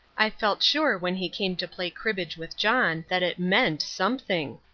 i felt sure when he came to play cribbage with john that it meant something.